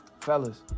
fellas